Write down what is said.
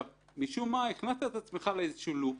משום מה הכנסת את עצמך לאיזה לופ.